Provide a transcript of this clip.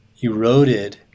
eroded